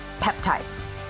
peptides